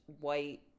white